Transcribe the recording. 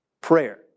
prayer